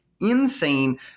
insane